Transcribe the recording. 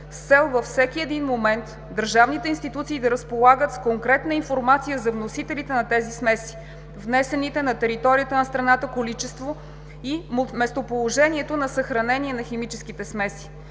с цел във всеки един момент държавните институции да разполагат с конкретна информация за вносителите на тези смеси, внесените на територията на страната количества и местоположението на съхранение на химическите смеси.